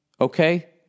okay